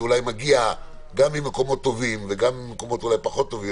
שאולי מגיע גם ממקומות טובים וגם ממקומות פחות טובים